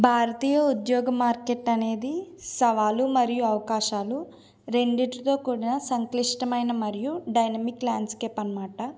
భారతీయ ఉద్యోగ మార్కెట్ అనేది సవాలు మరియు అవకాశాలు రెండింటితో కూడిన సంక్లిష్టమైన మరియు డైనమిక్ ల్యాండ్స్కేప్ అన్నమాట